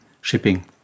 shipping